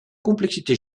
complexité